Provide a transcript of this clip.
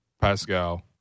Pascal